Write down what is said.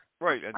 Right